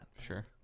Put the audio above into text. sure